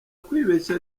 kwibeshya